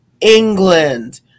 England